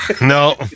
no